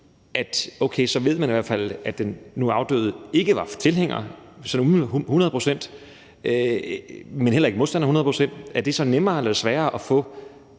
at så ved man i hvert fald, at den nu afdøde ikke var tilhænger hundrede procent, men heller ikke modstander hundrede procent, og er det så nemmere eller sværere at få